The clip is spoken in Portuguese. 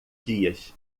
dias